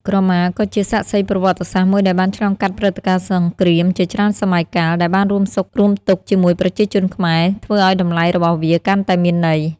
ក្រមាក៏ជា សាក្សីប្រវត្តិសាស្ត្រ មួយដែលបានឆ្លងកាត់ព្រឹត្តិការណ៍សង្គ្រាមជាច្រើនសម័យកាល ដែលបានរួមសុខរួមទុក្ខជាមួយប្រជាជនខ្មែរ ធ្វើឲ្យតម្លៃរបស់វាកាន់តែមានន័យ។